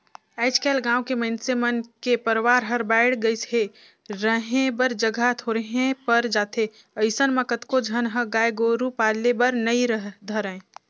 आयज कायल गाँव के मइनसे मन के परवार हर बायढ़ गईस हे, रहें बर जघा थोरहें पर जाथे अइसन म कतको झन ह गाय गोरु पाले बर नइ धरय